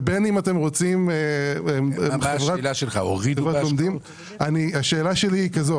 השאלה שלי היא כזו